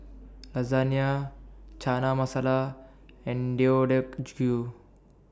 Chana Masala and Deodeok